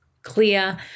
clear